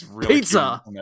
pizza